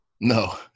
no